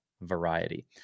variety